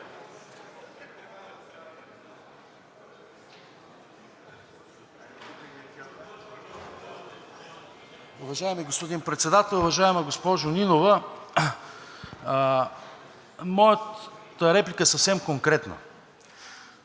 Уважаеми господин Председател, уважаема госпожо Нинова! Моята реплика е съвсем конкретна,